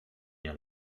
nie